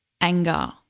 anger